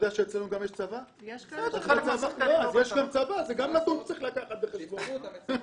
אצלנו יש גם צבא, גם נתון שצריך לקחת בחשבון.